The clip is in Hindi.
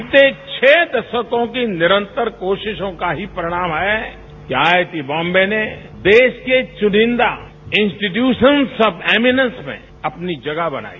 बीते छह दशकों की निरंतर कोशिशों का ही परिणाम है कि आईआईटी बॉम्बे ने देश के चुनिंदा इंस्टीट्वूशन सब एमिनंस में अपनी जगह बनाई